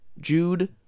Jude